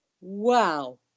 Wow